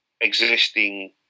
existing